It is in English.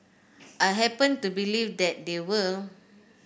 I happen to believe that they will